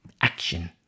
action